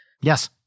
Yes